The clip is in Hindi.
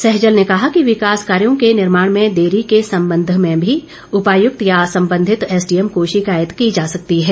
सहजल ने कहा कि विकास कार्यों के निर्माण में देरी के संबंध में भी उपायक्त या संबंधित एसडीएम को शिकायत की जा सकती है